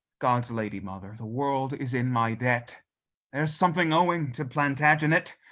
god's lady, mother, the world is in my debt there's something owing to plantagenet.